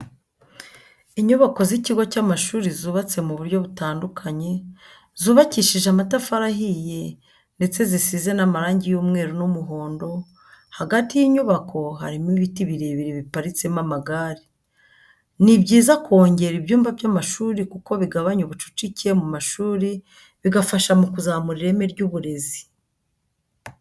Inyubako z'ikigo y'amashuri zubatse mu buryo butandukanye, zubakishije amatafari ahiye ndetse zisize n'amarangi y'umweru n'umuhondo, hagati y'inyubako harimo ibiti birebire biparitsemo amagare. Ni byiza kongera ibyumba by'amashuri kuko bigabanya ubucucike mu mashuri bigafasha mu kuzamura ireme ry'uburezi.